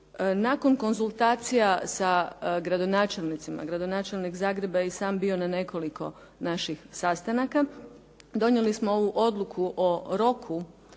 Nakon konzultacija s gradonačelnicima, gradonačelnik Grada Zagreba i sam je bio na nekoliko naših sastanaka. Donijeli smo ovu odluku o roku